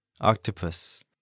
Octopus